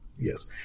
Yes